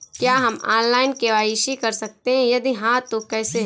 क्या हम online KYC कर सकते हैं यदि हाँ तो कैसे?